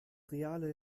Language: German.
reale